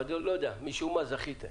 אבל משום מה זכיתם.